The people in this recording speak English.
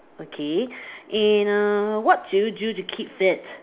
okay and err what do you do to keep fit